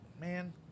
Man